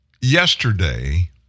Yesterday